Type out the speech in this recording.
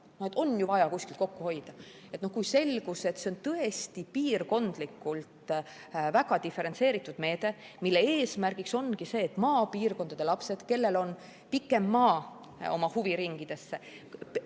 maha, on ju vaja kuskilt kokku hoida – kui selgus, et see on tõesti piirkondlikult väga diferentseeritud meede, mille eesmärk ongi see, et maapiirkondade lapsed, kellel on pikem maa oma huviringidesse,